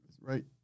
right